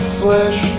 flesh